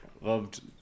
loved